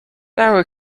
lower